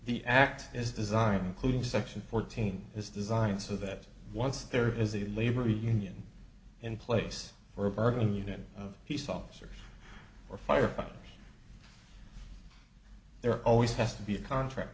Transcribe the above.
the act is designed to section fourteen is designed so that once there is a labor union in place for a bargain union of peace officers or firefighters there always has to be a contract